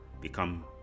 become